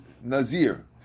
Nazir